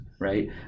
right